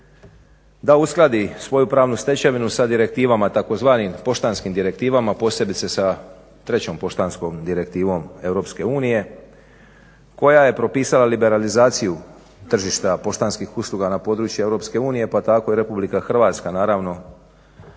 da uskladi svoju pravnu stečevinu sa direktivama, tzv. poštanskim direktivama, posebice sa trećom poštanskom direktivom EU koja je propisala liberalizaciju tržišta poštanskih usluga na području EU pa tako i RH naravno